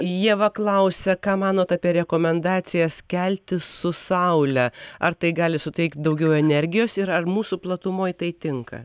ieva klausia ką manot apie rekomendacijas keltis su saule ar tai gali suteikt daugiau energijos ir ar mūsų platumoj tai tinka